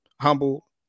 humble